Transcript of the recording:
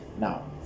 Now